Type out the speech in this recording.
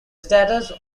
status